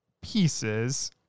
pieces